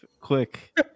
quick